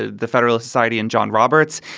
ah the federalist society and john roberts,